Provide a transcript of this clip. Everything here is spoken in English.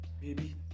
baby